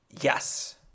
yes